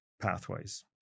pathways